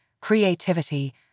creativity